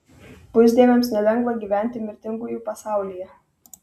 pusdieviams nelengva gyventi mirtingųjų pasaulyje